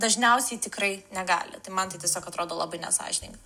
dažniausiai tikrai negali tai man tai tiesiog atrodo labai nesąžininga